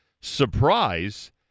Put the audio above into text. surprise